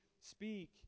speak